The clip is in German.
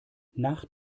nach